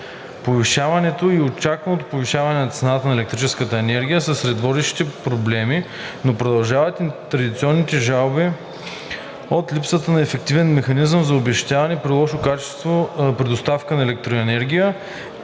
Повишаването и очакваното повишаване на цената на електрическата енергия са сред водещите проблеми, но продължават и традиционните жалби от липсата на ефективен механизъм за обезщетяване при лошо качество на доставения